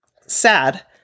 sad